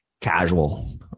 casual